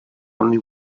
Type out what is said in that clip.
only